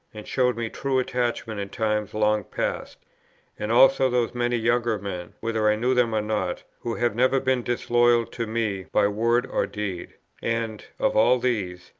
and showed me true attachment in times long past and also those many younger men, whether i knew them or not, who have never been disloyal to me by word or deed and of all these,